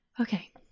Okay